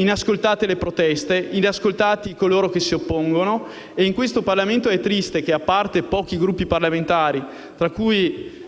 inascoltati le proteste e coloro che si oppongono. In questo Parlamento è triste che, a parte pochi Gruppi parlamentari, tra cui